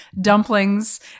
dumplings